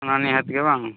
ᱚᱱᱟ ᱱᱤᱦᱟᱹᱛᱜᱮ ᱵᱟᱝ